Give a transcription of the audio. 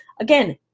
again